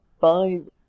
Five